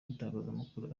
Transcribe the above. n’itangazamakuru